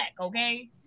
okay